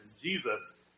Jesus